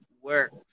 works